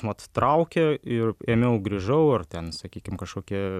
vat traukė ir ėmiau grįžau ar ten sakykim kažkokie